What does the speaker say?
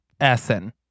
essen